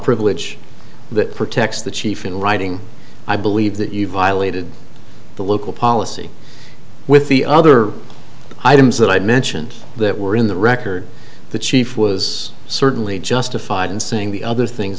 privilege that protects the chief in writing i believe that you violated the local policy with the other items that i mentioned that were in the record the chief was certainly justified in saying the other things